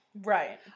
Right